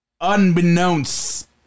Unbeknownst